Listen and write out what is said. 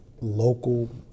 local